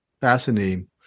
fascinating